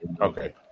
okay